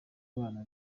bana